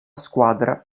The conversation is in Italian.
squadra